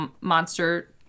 monster